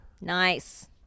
Nice